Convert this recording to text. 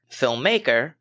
filmmaker